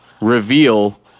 reveal